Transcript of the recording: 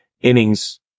innings